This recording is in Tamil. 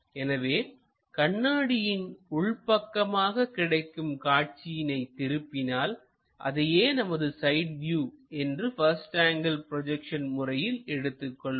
எனவே கண்ணாடியின் உள்பக்கமாக கிடைக்கும் காட்சியினை திருப்பினால் அதையே நமது சைட் வியூ என்று பஸ்ட் ஆங்கிள் ப்ரொஜெக்ஷன் முறையில் எடுத்துக் கொள்வோம்